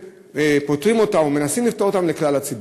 מוצאים או מנסים למצוא לכלל הציבור?